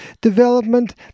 development